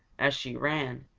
as she ran,